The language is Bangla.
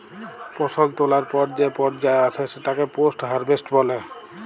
ফসল তোলার পর যে পর্যা আসে সেটাকে পোস্ট হারভেস্ট বলে